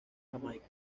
jamaica